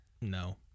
No